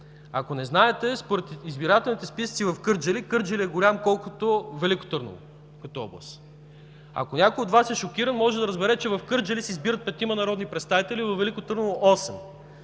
Ако не знаете, според избирателните списъци в Кърджали, Кърджали е голям колкото Велико Търново като област. Ако някой от Вас е шокиран, може да разбере, че в Кърджали се избират 5 народни представители, във Велико Търново –